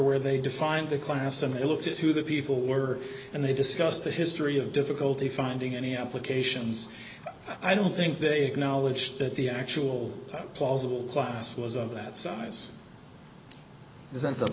where they defined the class and looked at who the people were and they discussed the history of difficulty finding any applications i don't think they acknowledged that the actual plausible class was of that size isn't the